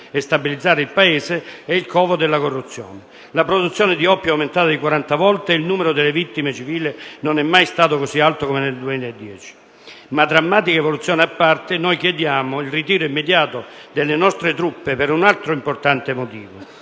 e stabilizzare il Paese è il covo della corruzione; la produzione di oppio è aumentata di 40 volte; il numero delle vittime civili non è mai stato tanto alto come nel 2010. Drammatiche evoluzioni a parte, chiediamo il ritiro immediato delle nostre truppe per un altro importante motivo.